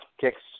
kicks